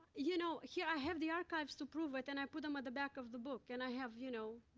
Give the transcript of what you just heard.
you know, here, i have the archives to prove it, and i put them in the back of the book, and i have you know,